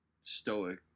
stoic